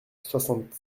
soixante